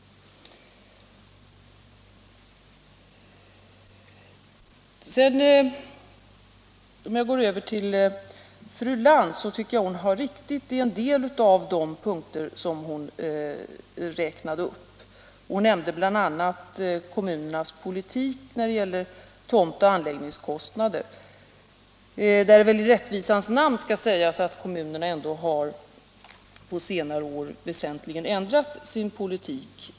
Fru Lantz har rätt i en del av de punkter hon räknade upp. Hon nämnde bl.a. kommunernas politik när det gäller tomt och anläggningskostnader, där det väl i rättvisans namn skall sägas att kommunerna på senare år väsentligen har ändrat sin politik.